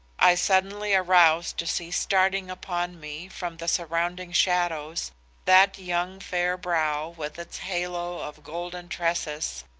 i suddenly arouse to see starting upon me from the surrounding shadows that young fair brow with its halo of golden tresses,